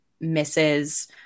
misses